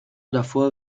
davor